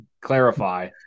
clarify